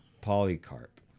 Polycarp